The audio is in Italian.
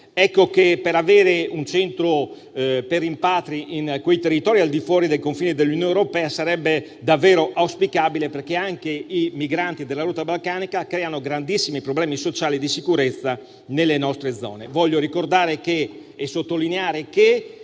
Ecco che avere un centro per i rimpatri nei territori al di fuori dei confini dell'Unione europea sarebbe davvero auspicabile, perché anche i migranti della rotta balcanica creano grandissimi problemi sociali e di sicurezza nelle nostre zone. Voglio ricordare e sottolineare che